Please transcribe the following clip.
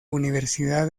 universidad